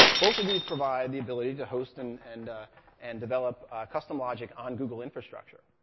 both of these provide the ability to host and and and develop custom logic on google infrastructure,